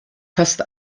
fast